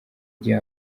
gihe